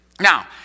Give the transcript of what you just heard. Now